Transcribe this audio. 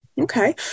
Okay